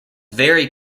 very